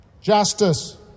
justice